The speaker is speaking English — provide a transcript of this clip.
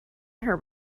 her